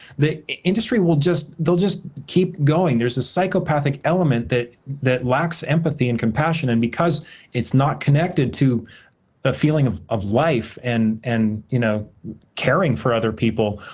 the industry will just, they'll just keep going. there's a psychopathic element that that lacks empathy and compassion, and because it's not connected to a feeling of of life and and you know caring for other people,